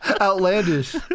Outlandish